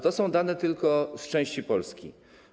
To są dane tylko z części Polski.